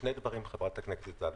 שני דברים, חברת הכנסת זנדברג.